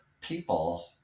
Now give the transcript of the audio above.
people